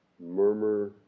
murmur